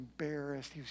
embarrassed